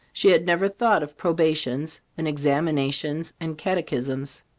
she had never thought of probations, and examinations, and catechisms.